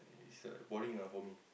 it's a boring ah for me